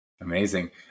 Amazing